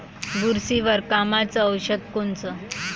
बुरशीवर कामाचं औषध कोनचं?